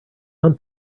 come